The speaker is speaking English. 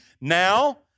now